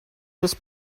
just